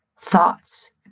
thoughts